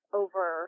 over